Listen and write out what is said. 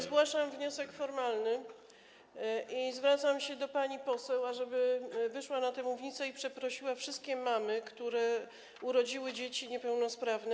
Zgłaszam wniosek formalny i zwracam się do pani poseł, ażeby wyszła na tę mównicę i przeprosiła wszystkie mamy, które urodziły dzieci niepełnosprawne.